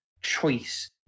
choice